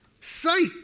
sight